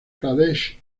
pradesh